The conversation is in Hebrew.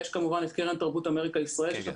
יש כמובן את קרן תרבות אמריקה ישראל שיש לה